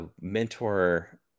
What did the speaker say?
mentor